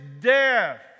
death